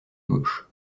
gauche